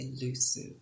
elusive